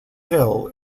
hill